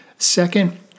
Second